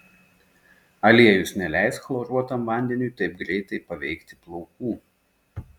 aliejus neleis chloruotam vandeniui taip greitai paveikti plaukų